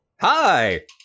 Hi